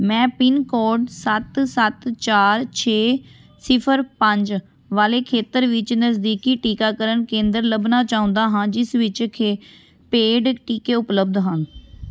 ਮੈਂ pin code ਸੱਤ ਸੱਤ ਚਾਰ ਛੇ ਸਿਫਰ ਪੰਜ ਵਾਲੇ ਖੇਤਰ ਵਿੱਚ ਨਜ਼ਦੀਕੀ ਟੀਕਾਕਰਨ ਕੇਂਦਰ ਲੱਭਣਾ ਚਾਹੁੰਦਾ ਹਾਂ ਜਿਸ ਵਿੱਚ ਕਿ ਪੇਡ ਟੀਕੇ ਉਪਲਬਧ ਹਨ